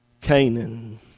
Canaan